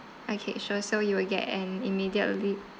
okay sure so you will get an immediately